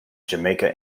jamaica